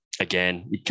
Again